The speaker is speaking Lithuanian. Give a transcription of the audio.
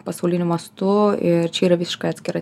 pasauliniu mastu ir čia yra visiškai atskira